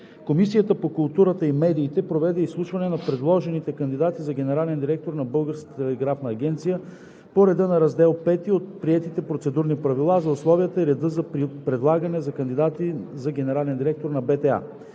Комисията по културата и медиите проведе изслушване на предложените кандидати за генерален директор на Българската телеграфна агенция по реда на Раздел V от приетите Процедурни правила за условията и реда за предлагане на кандидати за генерален директор на БТА,